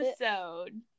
episode